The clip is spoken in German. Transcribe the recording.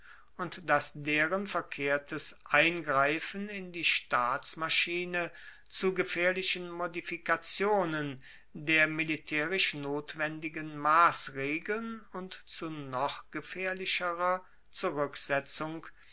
und dass deren verkehrtes eingreifen in die staatsmaschine zu gefaehrlichen modifikationen der militaerisch notwendigen massregeln und zu noch gefaehrlicherer zuruecksetzung